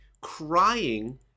crying